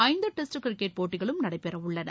ஐந்து test cricket போட்டிகளும் நடைபெறவுள்ளன